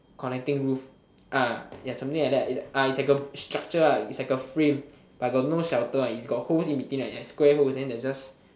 connecting roof ah ya something like that is it's like a structure ah it's like a frame but got no shelter one is got holes in between like square holes then there's just